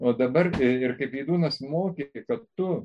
o dabar ir kaip vydūnas mokė kad tu